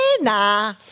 nah